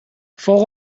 فوق